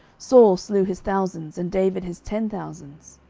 saul slew his thousands, and david his ten thousands?